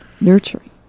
Nurturing